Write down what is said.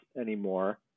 anymore